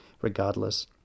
regardless